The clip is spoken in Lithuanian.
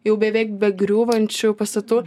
jau beveik begriūvančių pastatų